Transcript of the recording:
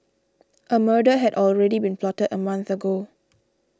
a murder had already been plotted a month ago